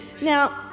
Now